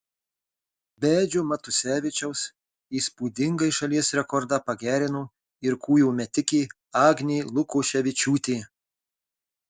be edžio matusevičiaus įspūdingai šalies rekordą pagerino ir kūjo metikė agnė lukoševičiūtė